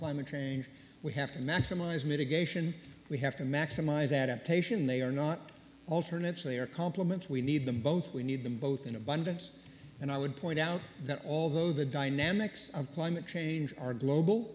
climate change we have to maximise mitigation we have to maximise adaptation they are not alternate so they are complements we need them both we need them both in abundance and i would point out that although the dynamics of climate change are global